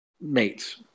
mates